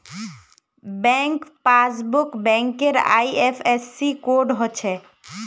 bank पासबुकत बैंकेर IFSC code हछे